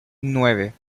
nueve